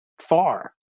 far